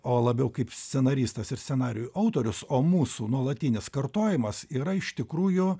o labiau kaip scenaristas ir scenarijų autorius o mūsų nuolatinis kartojimas yra iš tikrųjų